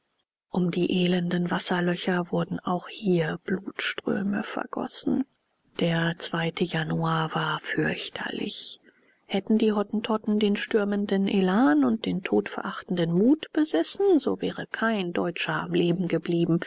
um die elenden wasserlöcher wurden auch hier blutströme vergossen der januar war fürchterlich hätten die hottentotten den stürmenden elan und den todverachtenden mut besessen so wäre kein deutscher am leben geblieben